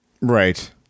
Right